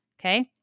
okay